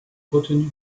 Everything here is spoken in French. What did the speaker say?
retenu